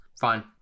Fine